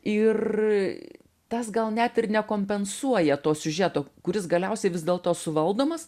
ir tas gal net ir nekompensuoja to siužeto kuris galiausiai vis dėlto suvaldomas